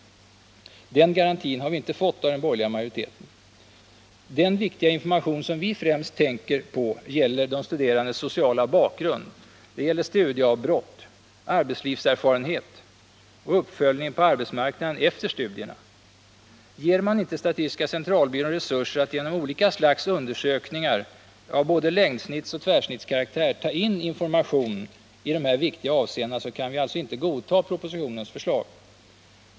Den garantin har vi inte fått av den borgerliga majoriteten. Den viktiga information vi främst tänker på gäller de studerandes sociala bakgrund, studieavbrott, arbetslivserfarenhet och uppföljningen på arbetsmarknaden efter studierna. Ger man inte statistiska centralbyrån resurser att genom olika slags undersökningar av både längdsnittsoch tvärsnittskaraktär ta in information i de här viktiga avseendena, kan vi alltså inte godta propositionens förslag.